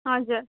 हजुर